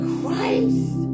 Christ